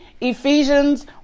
Ephesians